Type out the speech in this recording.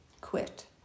quit